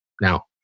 Now